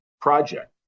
project